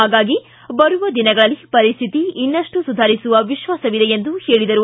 ಹಾಗಾಗಿ ಬರುವ ದಿನಗಳಲ್ಲಿ ಪರಿಸ್ತಿತಿ ಇನ್ನಷ್ಟು ಸುಧಾರಿಸುವ ವಿಶ್ವಾಸವಿದೆ ಎಂದು ಹೇಳಿದರು